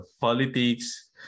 politics